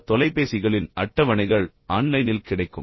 மற்றும் நல்ல தொலைபேசிகளின் அட்டவணைகள் ஆன்லைனில் கிடைக்கும்